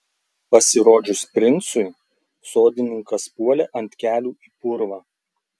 pasirodžius princui sodininkas puolė ant kelių į purvą